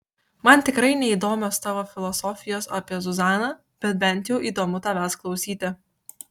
man tikrai neįdomios tavo filosofijos apie zuzaną bet bent jau įdomu tavęs klausyti